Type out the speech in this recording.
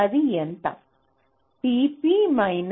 అది ఎంత